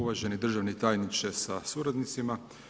Uvaženi državni tajniče sa suradnicima.